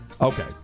okay